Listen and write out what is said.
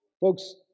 Folks